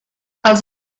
els